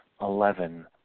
Eleven